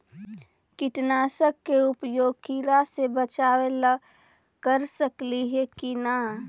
कीटनाशक के उपयोग किड़ा से बचाव ल कर सकली हे की न?